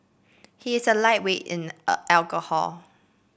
he is a lightweight in a alcohol